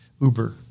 uber